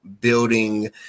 building